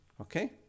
Okay